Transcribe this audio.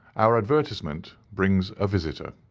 our advertisement brings a visitor.